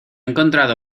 encontrado